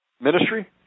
ministry